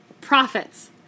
profits